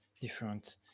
different